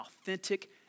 authentic